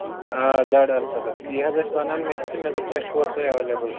آ زڈ آر ستتھ تی حظ ٲسۍ وَنان مےٚ تہِ مےٚ دوٚپ تۅہہِ چھُوا سُہ ایویلیبٕل